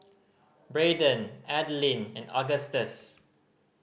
Brayden Adilene and Augustus